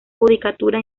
judicatura